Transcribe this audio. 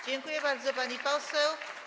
Dziękuję bardzo, pani poseł.